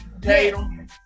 Tatum